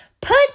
Put